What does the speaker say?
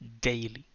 Daily